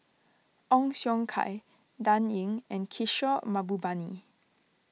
Ong Siong Kai Dan Ying and Kishore Mahbubani